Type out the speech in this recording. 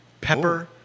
Pepper